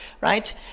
right